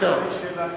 מה קרה?